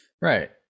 Right